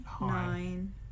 nine